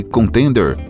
Contender